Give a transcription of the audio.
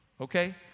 okay